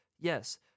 Yes